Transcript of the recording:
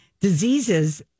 diseases